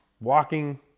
walking